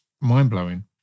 Mind-blowing